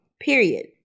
Period